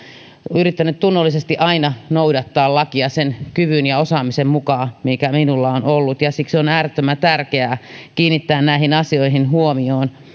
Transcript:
yrittänyt tunnollisesti aina noudattaa lakia sen kyvyn ja osaamisen mukaan mikä minulla on ollut ja on äärettömän tärkeää kiinnittää näihin asioihin